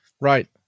Right